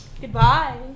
Goodbye